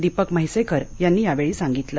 दीपक म्हेसेकर यांनी यावेळी सांगितलं